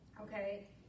okay